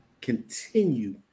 continue